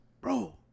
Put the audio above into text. Bro